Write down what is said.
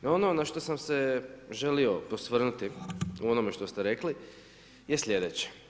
Ono na što sam se želi osvrnuti, u onome što ste rekli je slijedeće.